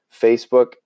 Facebook